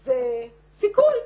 זה סיכוי,